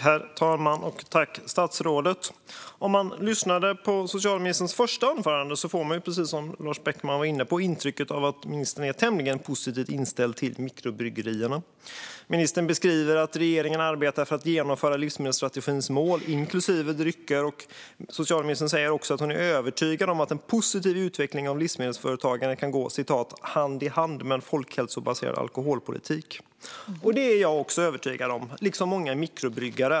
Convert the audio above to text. Herr talman! Jag vill tacka ministern. Av socialministerns första inlägg fick man, precis som Lars Beckman var inne på, intrycket att ministern är tämligen positivt inställd till mikrobryggerierna. Ministern beskriver att regeringen arbetar för att genomföra livsmedelsstrategins mål, inklusive drycker. Socialministern säger också att hon är övertygad om att en positiv utveckling av livsmedelsföretagen kan gå hand i hand med en folkhälsobaserad alkoholpolitik. Det är jag också övertygad om, liksom många bryggare.